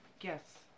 Yes